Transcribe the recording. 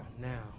now